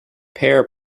pair